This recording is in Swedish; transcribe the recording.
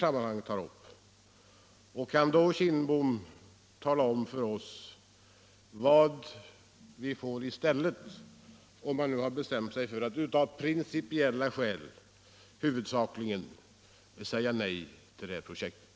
Kan herr Kindbom tala om för oss vad vi får i stället om han nu har bestämt sig för att, huvudsakligen av principiella skäl, säga nej till Ranstadsprojektet.